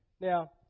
Now